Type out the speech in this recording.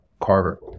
Carver